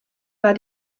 war